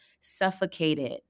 suffocated